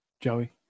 Joey